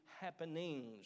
happenings